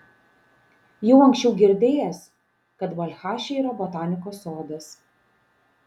jau anksčiau girdėjęs kad balchaše yra botanikos sodas